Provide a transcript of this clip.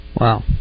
Wow